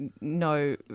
no